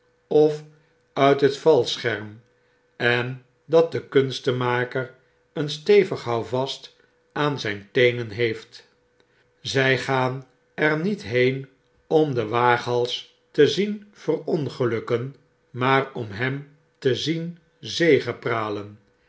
of uit het valscherm en dat de kunstemaker een stevig houvast aan zijn teenen heeft zy gaan er niet heen om den waaghals te zien verongelukken maarom hem te zien